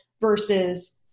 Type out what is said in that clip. versus